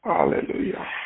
Hallelujah